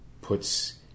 puts